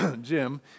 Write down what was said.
Jim